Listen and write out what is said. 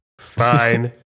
Fine